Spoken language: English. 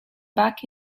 back